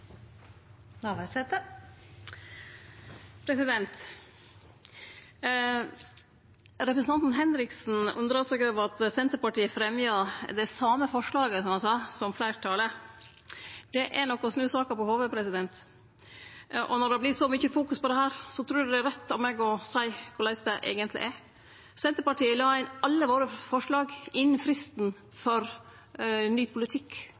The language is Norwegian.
Representanten Henriksen undra seg over at Senterpartiet fremja det same forslaget, som han sa, som fleirtalet. Det er nok å snu saka på hovudet. Når det vert fokusert så mykje på dette, trur eg det er rett av meg å seie korleis det eigentleg er. Senterpartiet la inn alle sine forslag innan fristen for ny politikk